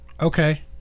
Okay